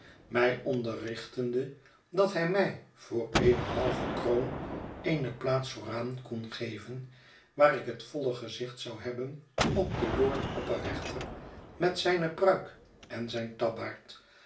mij onderrichtende dat hij mij voor eene halve kroon eene plaats vooraan kon geven waar ik het voile gezicht zou hebben op den lord opperrechter met zijne pruik en zijn tabbaard